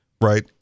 right